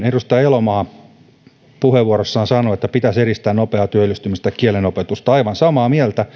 edustaja elomaa puheenvuorossaan sanoi että pitäisi edistää nopeaa työllistymistä kielenopetusta aivan samaa mieltä